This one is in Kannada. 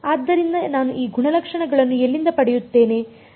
ಆದ್ದರಿಂದ ನಾನು ಈ ಗುಣಲಕ್ಷಣಗಳನ್ನು ಎಲ್ಲಿಂದ ಪಡೆಯುತ್ತೇನೆ